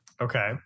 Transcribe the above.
Okay